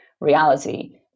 reality